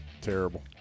Terrible